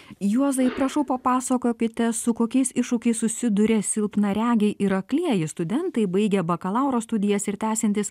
juozai prašau papasakokite su kokiais iššūkiais susiduria silpnaregiai ir aklieji studentai baigę bakalauro studijas ir tęsiantys